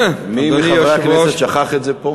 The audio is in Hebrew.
מי מחברי הכנסת שכח את זה פה?